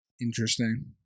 Interesting